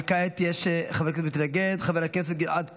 וכעת, חבר כנסת מתנגד, חבר הכנסת גלעד קריב,